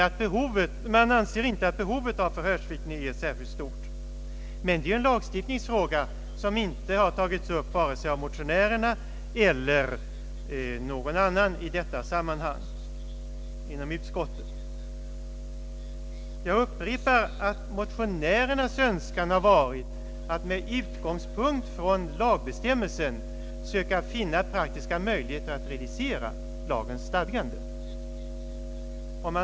Man anser inte att behovet av förhörsvittne är särskilt stort. Detta är en lagstiftningsfråga som inte har tagits upp av vare sig motionärerna eller någon annan inom utskottet. Jag upprepar att motionärernas önskan har varit att med utgångspunkt från lagbestämmelsen söka finna praktiska möjligheter att realisera lagens stadganden.